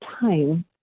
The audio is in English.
time